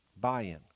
Buy-in